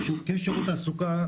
כשירות תעסוקה,